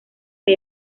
que